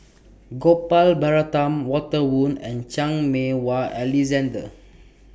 Gopal Baratham Walter Woon and Chan Meng Wah Alexander